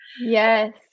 Yes